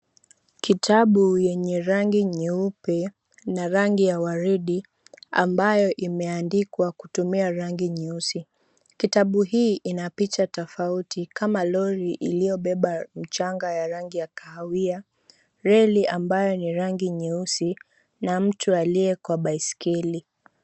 Kitabu yenye rangi nyeupe, na rangi ya waridi ambayo imeandikwa kutumia rangi nyeusi. Kitabu hii ina picha tafauti, kama lori iliyobeba mchanga wa rangi ya kahawia, reli ambayo ni rangi nyeusi na mtu aliye kwa baiskeli.